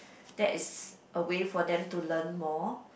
that is a way for them to learn more